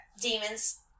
demons